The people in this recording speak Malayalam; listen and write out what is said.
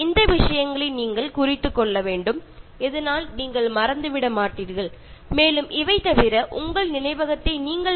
അതുകൊണ്ട് നിങ്ങൾ ഇതൊക്കെ മറന്നു പോകാതിരിക്കാൻ എഴുതി സൂക്ഷിക്കുന്നത് നന്നായിരിക്കും